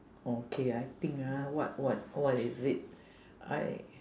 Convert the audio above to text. okay I think ah what what what is it I